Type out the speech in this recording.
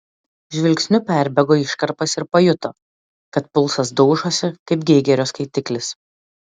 žvilgsniu perbėgo iškarpas ir pajuto kad pulsas daužosi kaip geigerio skaitiklis